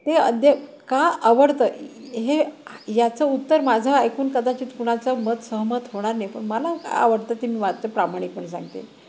ते अध्य्य का आवडतं हे याचं उत्तर माझं ऐकून कदाचित कुणाच मत सहमत होणार नाही पण मला का आवडतं ते मी मात्र प्रामाणीक पणे सांगते